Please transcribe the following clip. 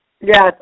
Yes